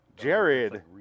Jared